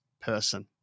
person